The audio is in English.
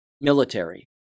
military